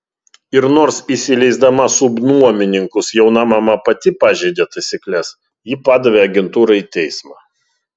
ir nors įsileisdama subnuomininkus jauna mama pati pažeidė taisykles ji padavė agentūrą į teismą